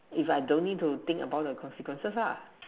if I don't need to think about the consequences ah